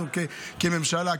אנחנו כממשלה,